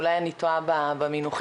אולי אני טועה במנוחים,